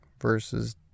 versus